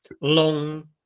long